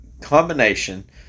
combination